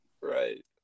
Right